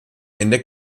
ende